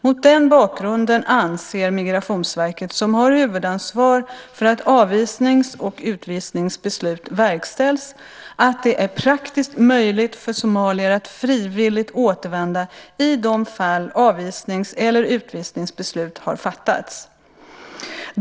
Mot den bakgrunden anser Migrationsverket, som har huvudansvar för att avvisnings och utvisningsbeslut verkställs, att det är praktiskt möjligt för somalier att frivilligt återvända i de fall avvisnings eller utvisningsbeslut har fattats.